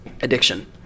addiction